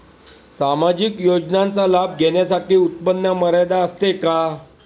सामाजिक योजनांचा लाभ घेण्यासाठी उत्पन्न मर्यादा असते का?